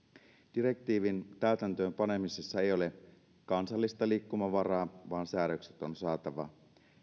direktiivin täytäntöön panemisessa ei ole kansallista liikkumavaraa vaan säädökset on saatava